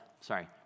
sorry